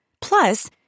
Plus